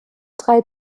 drei